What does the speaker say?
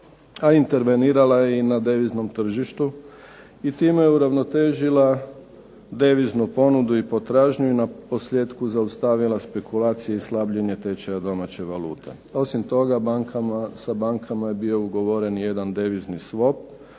a intervenirala je i na deviznom tržištu i time je uravnotežila deviznu ponudu i potražnju i naposljetku zaustavila spekulacije i slabljenje tečaja domaće valute. Osim toga, sa bankama je bio ugovoren jedan devizni